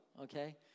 okay